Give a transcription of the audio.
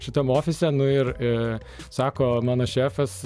šitam ofise nu ir e sako mano šefas